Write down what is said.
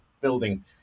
building